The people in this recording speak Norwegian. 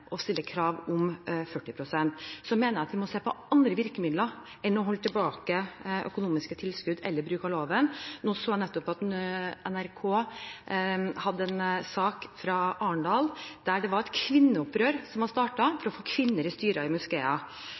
å stille krav om 40 pst. representasjon. Jeg mener at vi må se på andre virkemidler enn å holde tilbake økonomiske tilskudd eller bruke loven. NRK hadde nettopp en sak fra Arendal der det var startet et kvinneopprør for å få kvinner inn i styrene i